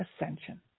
ascension